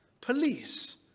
police